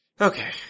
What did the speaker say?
Okay